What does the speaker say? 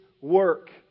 work